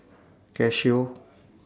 Casio